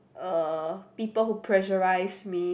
uh people who pressurize me